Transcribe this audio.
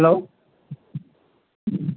hello